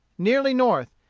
nearly north,